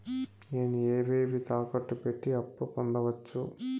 నేను ఏవేవి తాకట్టు పెట్టి అప్పు పొందవచ్చు?